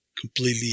completely